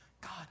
God